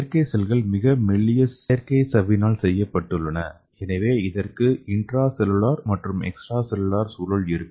செயற்கை செல்கள் மிக மெல்லிய செயற்கை சவ்வினால் செய்யப்பட்டுள்ளன எனவே இதற்கு இன்ட்ராசெல்லுலார் மற்றும் எக்ஸ்ட்ராசெல்லுலார் சூழல் இருக்கும்